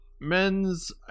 Men's